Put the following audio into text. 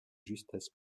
justesse